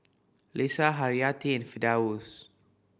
Lisa Haryati and Firdaus